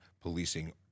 policing